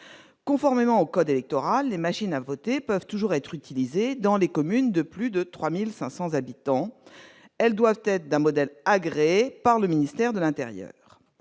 conformément au code électoral, les machines à voter peuvent toujours être utilisés dans les communes de plus de 3500 habitants, elles doivent être d'un modèle agréé par le ministère de l'Intérieur,